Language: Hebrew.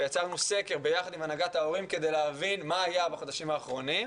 ויצרנו סקר ביחד עם הנהגת ההורים כדי להבין מה היה בחודשים האחרונים.